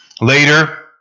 later